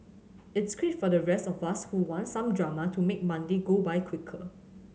it's great for the rest of us who want some drama to make Monday go by quicker